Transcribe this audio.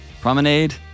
promenade